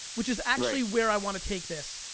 which is actually where i wanna take this.